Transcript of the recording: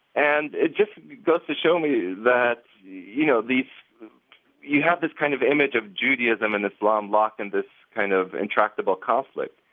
and it just goes to show me that you know you have this kind of image of judaism and islam locked in this kind of intractable conflict.